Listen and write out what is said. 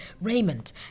Raymond